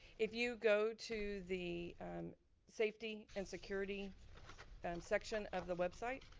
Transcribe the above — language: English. if you go to the safety and security and section of the website,